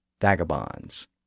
Vagabonds